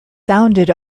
sounded